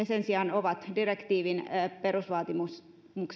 sen sijaan ovat direktiivin perusvaatimusten